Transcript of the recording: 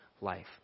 life